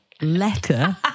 letter